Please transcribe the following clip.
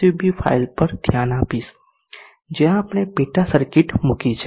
SUB file પર ધ્યાન આપીશ જ્યાં આપણે પેટા સર્કિટ મૂકી છે